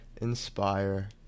inspire